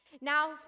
Now